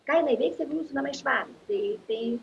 ką jinai veiks jeigu mūsų namai švarūs tai tai